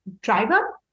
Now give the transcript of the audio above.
driver